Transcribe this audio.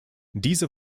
diese